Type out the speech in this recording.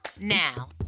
Now